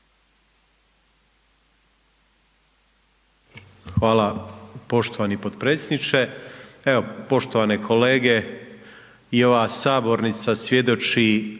Hvala poštovani potpredsjedniče. Poštovane kolege i ova sabornica svjedoči